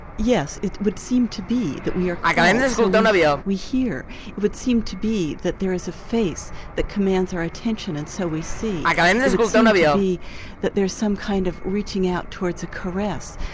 yes, it would seem to be that we are called, so we we hear it would seem to be that there is a face that commands our attention and so we see it would seem to be that there is some kind of reaching out towards a caress,